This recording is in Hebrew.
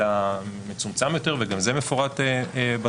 אלא מצומצם יותר וגם זה מפורט בתקנות,